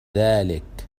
ذلك